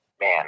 Man